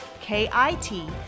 K-I-T